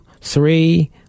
three